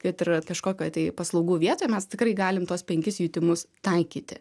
kad ir kažkokioj tai paslaugų vietoj mes tikrai galim tuos penkis jutimus taikyti